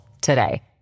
today